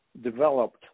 Developed